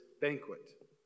banquet